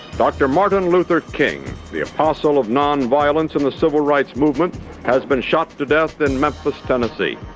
dr martin luther king, the apostle of nonviolence in the civil rights movement has been shot to to death in memphis tennessee.